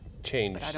change